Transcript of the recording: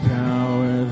power